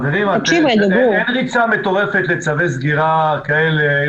חברים, אין ריצה מטורפת לצווי סגירה כאלה.